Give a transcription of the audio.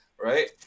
right